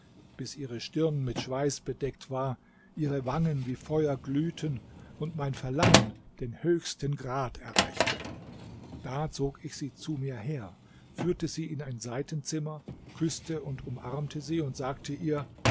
bis ihre stirn mit schweiß bedeckt war ihre wangen wie feuer glühten und mein verlangen den höchsten grad erreichte da zog ich sie zu mir her führte sie in ein seitenzimmer küßte und umarmte sie und sagte ihr